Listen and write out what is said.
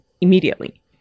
immediately